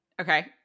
Okay